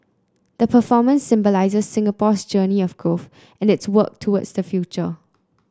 the performance symbolises Singapore's journey of growth and its work towards the future